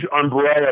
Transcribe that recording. umbrella